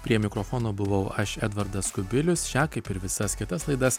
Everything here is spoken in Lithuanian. prie mikrofono buvau aš edvardas kubilius šią kaip ir visas kitas laidas